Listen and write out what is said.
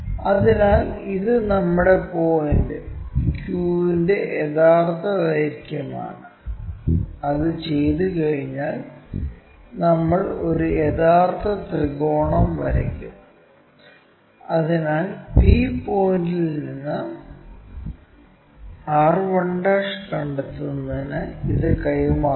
അതിനാൽ ഇത് നമ്മുടെ പോയിന്റ് Q ന്റെ യഥാർത്ഥ ദൈർഘ്യമാണ് അത് ചെയ്തുകഴിഞ്ഞാൽ നമ്മൾ ഒരു യഥാർത്ഥ ത്രികോണം വരയ്ക്കും അതിനാൽ p പോയിന്റ്ൽ നിന്ന് r1 കണ്ടെത്തുന്നതിന് ഇത് കൈമാറണം